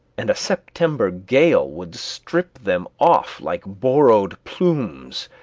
and a september gale would strip them off, like borrowed plumes,